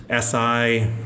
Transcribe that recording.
SI